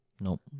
Nope